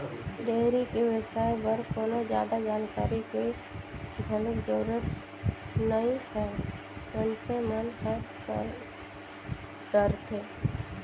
dairy के बेवसाय बर कोनो जादा जानकारी के घलोक जरूरत नइ हे मइनसे मन ह कर डरथे